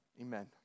amen